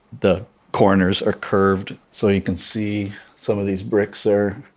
the corners are curved, so you can see some of these bricks there,